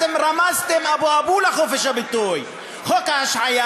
אתם רמסתם את אבו אבו אל-חופש-הביטוי" חוק ההשעיה,